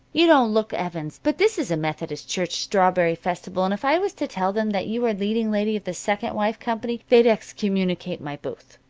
you don't look evans, but this is a methodist church strawberry festival, and if i was to tell them that you are leading lady of the second wife company they'd excommunicate my booth.